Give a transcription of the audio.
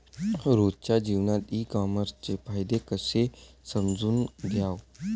रोजच्या जीवनात ई कामर्सचे फायदे कसे समजून घ्याव?